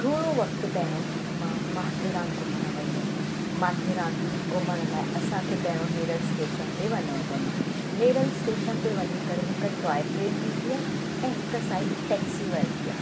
थोरो वक़्तु पहिरों मां माथेरान घुमण वियुमि माथेरान घुमण लाइ असांखे पहिरों नेरल स्टेशन ते वञिणो पवंदो आहे नेरल स्टेशन ते वञी करे हिकु टॉय ट्रेन वेंदी आहे ऐं हिकु साइड टैक्सी वेंदी आहे